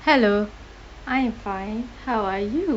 hello I am fine how are you